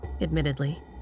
Admittedly